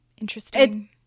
Interesting